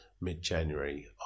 mid-January